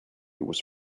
was